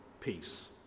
peace